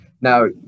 Now